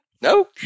No